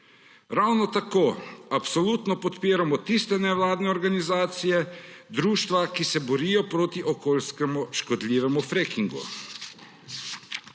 Ravno tako absolutno podpiramo tiste nevladne organizacije, društva, ki se borijo proti okoljskem škodljivem frackingu.